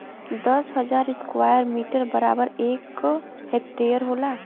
दस हजार square metre बराबर एक हेक्टेयर होला